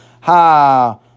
Ha